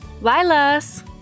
Lilas